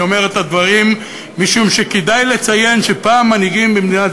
ואני אומר את הדברים משום שכדאי לציין שפעם מנהיגים במדינת